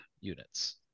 units